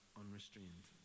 unrestrained